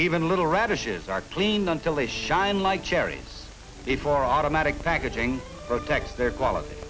even little radishes are clean until they shine like cherries before automatic packaging protect their quality